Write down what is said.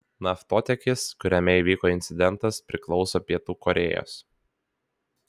naftotiekis kuriame įvyko incidentas priklauso pietų korėjos